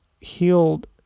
healed